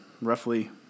roughly